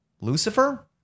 Lucifer